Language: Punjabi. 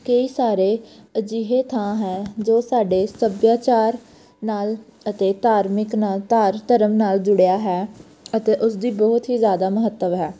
ਕਈ ਸਾਰੇ ਅਜਿਹੇ ਥਾਂ ਹੈ ਜੋ ਸਾਡੇ ਸੱਭਿਆਚਾਰ ਨਾਲ ਅਤੇ ਧਾਰਮਿਕ ਨਾਲ ਧਾਰ ਧਰਮ ਨਾਲ ਜੁੜਿਆ ਹੈ ਅਤੇ ਉਸਦੀ ਬਹੁਤ ਹੀ ਜ਼ਿਆਦਾ ਮਹੱਤਵ ਹੈ